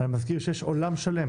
אני מזכיר שיש עולם שלם